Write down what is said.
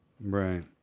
Right